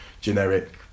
generic